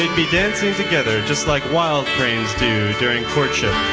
be dancing together just like wild cranes do during courtship.